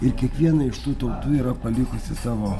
ir kiekviena iš tų tautų yra palikusi savo